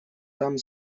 там